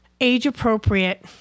age-appropriate